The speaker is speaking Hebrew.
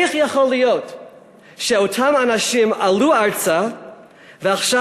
איך יכול להיות שאותם אנשים עלו ארצה ועכשיו